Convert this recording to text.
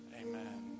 Amen